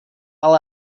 ale